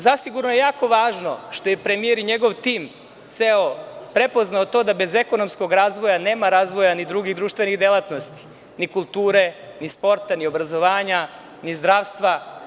Zasigurno je jako važno što je premijer, i njegov ceo tim, prepoznao to da bez ekonomskog razvoja nema razvoja ni drugih društvenih delatnosti; ni kulture, ni sporta, ni obrazovanja, ni zdravstva.